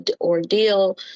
ordeal